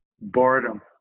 boredom